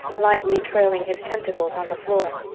lightly trailing his tentacles on the floor.